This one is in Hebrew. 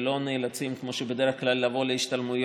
ולא נאלצים, כמו שבדרך כלל, לבוא פיזית להשתלמויות